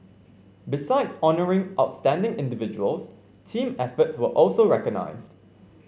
besides honouring outstanding individuals team efforts were also recognised